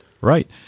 right